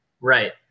Right